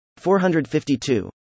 452